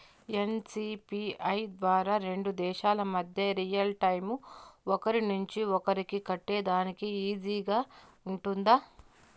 NCPI ద్వారా రెండు దేశాల మధ్య రియల్ టైము ఒకరి నుంచి ఒకరికి కట్టేదానికి ఈజీగా గా ఉంటుందా?